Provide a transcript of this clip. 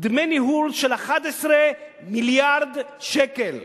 דמי ניהול של 11 מיליארד שקלים?